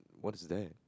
what's that